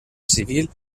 civil